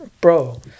Bro